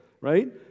right